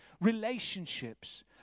relationships